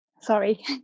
Sorry